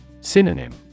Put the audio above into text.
Synonym